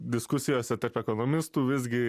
diskusijose tarp ekonomistų visgi